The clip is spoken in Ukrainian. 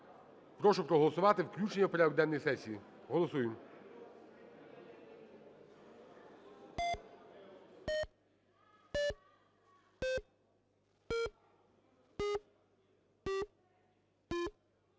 Прошу проголосувати включення в порядок денний сесії. Голосуємо.